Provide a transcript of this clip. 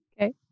Okay